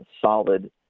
solid